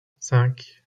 cinq